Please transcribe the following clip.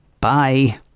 bye